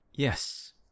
Yes